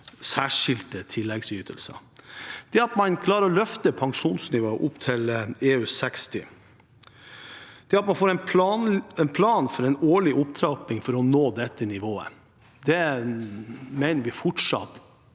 særskilte tilleggsytelser – det at man klarer å løfte pensjonsnivået opp til EU60, og det at man får en plan for en årlig opptrapping for å nå dette nivået. Det mener vi fortsatt